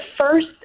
first